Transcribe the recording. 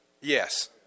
Yes